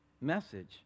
message